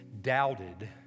doubted